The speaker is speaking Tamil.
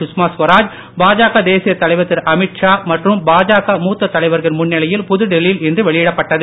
சுஷ்மா சுவராஜ் பாஜக தேசிய தலைவர் திரு அமித் ஷா மற்றும் பாஜக மூத்த தலைவர்கள் முன்னிலையில் புதுடெல்லியில் இன்று வெளியிடப்பட்டது